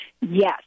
Yes